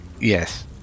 Yes